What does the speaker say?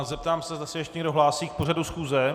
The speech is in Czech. Zeptám se, zda se ještě někdo hlásí k pořadu schůze.